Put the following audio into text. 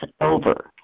over